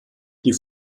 die